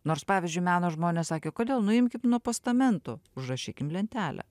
nors pavyzdžiui meno žmonės sakė kodėl nuimkim nuo postamentų užrašykim lentelę